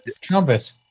trumpet